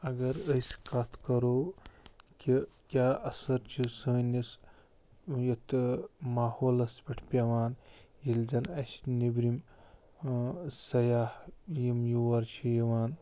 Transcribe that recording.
اگر أسۍ کَتھ کَرو کہِ کیٚاہ اَثر چھُ سٲنِس یَتھ ماحولس پٮ۪ٹھ پٮ۪وان ییٚلہِ زن اَسہِ نٮ۪برِم سِیاہ یِم یور چھِ یِوان